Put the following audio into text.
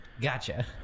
Gotcha